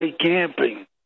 Camping